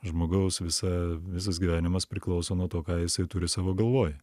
žmogaus visa visas gyvenimas priklauso nuo to ką jisai turi savo galvoj